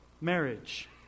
marriage